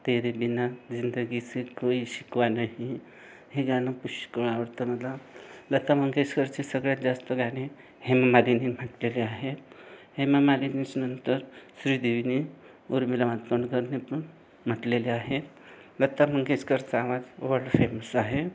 तेरे बिना जिंदगी से कोई शिकवा नही हे गाणं पुष्कळ आवडतं मला लता मंगेशकरची सगळ्यात जास्त गाणी हेमामालिनीने म्हटलेले आहेत हेमामालिनीच्यानंतर श्रीदेवीने ऊर्मिला मातोंडकरने पण म्हटलेले आहे लता मंगेशकरचा आवाज वर्ल्ड फेमस आहे